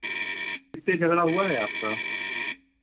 किससे झगड़ा हुआ है आपका